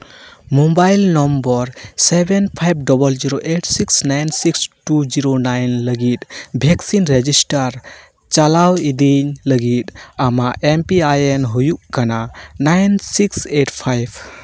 mobile number seven five double zero eight six nine six two zero nine ᱞᱟᱹᱜᱤᱫ vaccine register ᱪᱟᱞᱟᱣ ᱤᱫᱤᱭ ᱞᱟᱹᱜᱤᱫ ᱟᱢᱟᱜ ᱮᱢ ᱯᱤ ᱟᱭ ᱮᱱ ᱦᱩᱭᱩᱜ ᱠᱟᱱᱟ ᱱᱟᱭᱤᱱ ᱥᱤᱠᱥ ᱮᱭᱤᱴ ᱯᱷᱟᱭᱤᱵᱽ